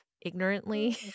ignorantly